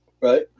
right